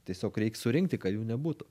tiesiog reiks surinkti kad jų nebūtų